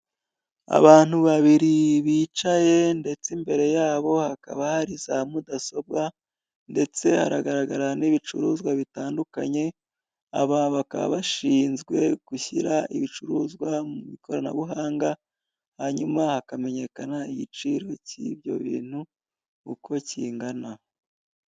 Abantu babiri bicaye, ndetse imbere yabo hakaba hari za mudasobwa, ndetse haragaragara n'ibicuruzwa bitandukanye, aba bakaba bashinzwe gushyira ibicuruzwa mu ikoranabuhanga, hanyuma hakamenyekana igiciro cy'ibyo bintu uko kingana.